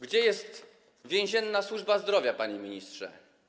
Gdzie jest więzienna służba zdrowia, panie ministrze?